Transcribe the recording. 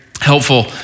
helpful